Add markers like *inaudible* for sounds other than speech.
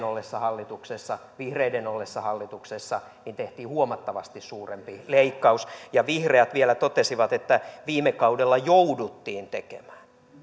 *unintelligible* ollessa hallituksessa ja vihreiden ollessa hallituksessa tehtiin huomattavasti suurempi leikkaus ja vihreät vielä totesivat että viime kaudella jouduttiin tekemään